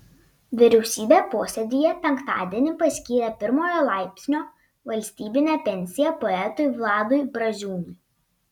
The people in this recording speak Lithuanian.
vyriausybė posėdyje penktadienį paskyrė pirmojo laipsnio valstybinę pensiją poetui vladui braziūnui